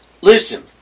Listen